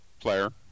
player